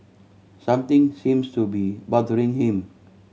something seems to be bothering him